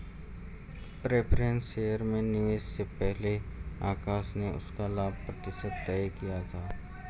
preference shares में निवेश से पहले ही आकाश ने उसका लाभ प्रतिशत तय किया था